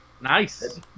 Nice